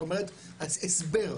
זאת אומרת הסבר מדוע,